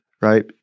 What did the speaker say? right